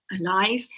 alive